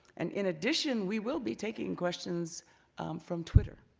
and in addition, we will be taking questions from twitter.